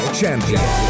champion